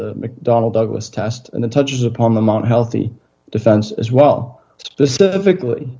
the mcdonnell douglas test and the touches upon the mount healthy defense as well specifically